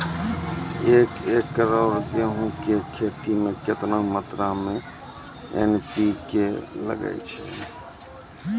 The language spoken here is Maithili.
एक एकरऽ गेहूँ के खेती मे केतना मात्रा मे एन.पी.के लगे छै?